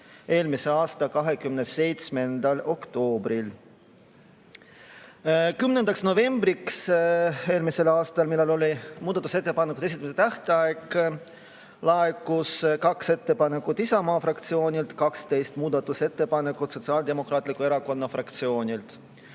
eelmise aasta 27. oktoobril. 10. novembriks eelmisel aastal, kui oli muudatusettepanekute esitamise tähtaeg, laekus kaks ettepanekut Isamaa fraktsioonilt ja 12 muudatusettepanekut Sotsiaaldemokraatliku Erakonna fraktsioonilt.